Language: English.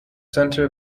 center